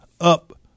up